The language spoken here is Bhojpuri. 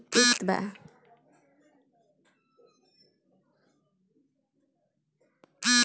नीची जमीन खातिर कौन बीज अधिक उपयुक्त बा?